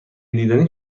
دیدنی